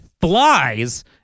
flies